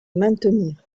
maintenir